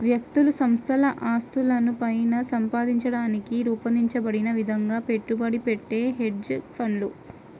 వ్యక్తులు సంస్థల ఆస్తులను పైన సంపాదించడానికి రూపొందించబడిన విధంగా పెట్టుబడి పెట్టే హెడ్జ్ ఫండ్లు